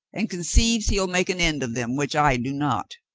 and conceives he'll make an end of them, which i do not.